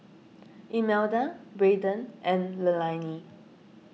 Imelda Braden and Leilani